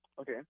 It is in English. Okay